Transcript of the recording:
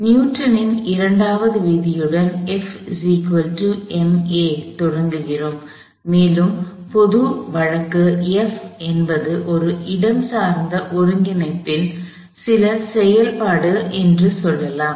நியூட்டனின் இரண்டாவது விதியுடன் தொடங்குகிறோம் மேலும் பொது வழக்கு F என்பது ஒரு இடஞ்சார்ந்த ஒருங்கிணைப்பின் சில செயல்பாடு என்று சொல்லலாம்